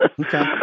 Okay